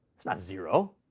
it's not zero!